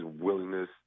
willingness